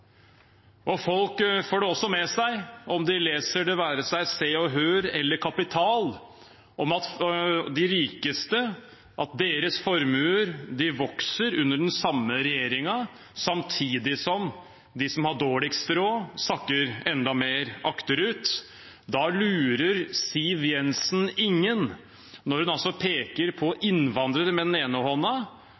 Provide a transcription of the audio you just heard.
jobb. Folk får også med seg, om de leser det være seg i Se & Hør eller i Kapital, at de rikestes formuer vokser under den samme regjeringen, samtidig som de som har dårligst råd, sakker enda mer akterut. Da lurer Siv Jensen ingen når hun peker på innvandrere med den ene